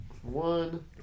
one